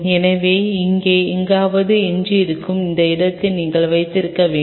எனவே இங்கே எங்காவது எஞ்சியிருக்கும் இந்த இடங்களை நீங்கள் வைத்திருக்க வேண்டும்